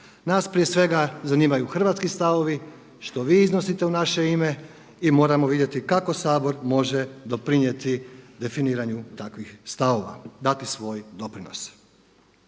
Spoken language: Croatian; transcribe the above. Nas prije svega zanimaju hrvatski stavovi što vi iznosite u naše ime i moramo vidjeti kako Sabor može doprinijeti definiranju takvih stavova, dati svoj doprinos.